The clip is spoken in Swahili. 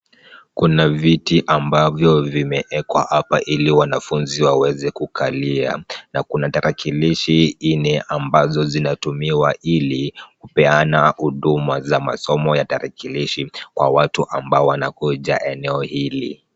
Kuna viti ambavyo vimeekwa hapa ili wanafunzi waweze kukalia na kuna tarakilishi nne ambazo zinatumiwa ili kupeana huduma za masomo ya tarakilishi kwa watu ambao wanakuja eneo hili.